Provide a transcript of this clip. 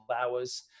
hours